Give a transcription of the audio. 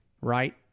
right